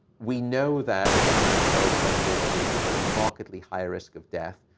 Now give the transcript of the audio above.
we know that sleeping pills are associated with a markedly higher risk of death,